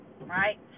Right